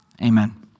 Amen